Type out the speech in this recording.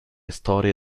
storie